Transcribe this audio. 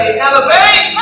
Elevate